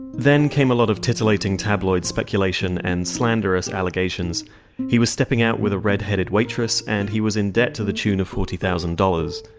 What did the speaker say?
then came a lot of titillating tabloid speculation and slanderous allegations he was stepping out with a redheaded waitress, and he was in debt to the tune of forty thousand dollars.